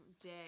day